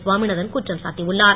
சாமிநாதன் குற்றம் சாட்டியுள்ளார்